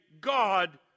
God